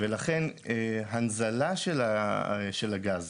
ולכן הנזלה של הגז,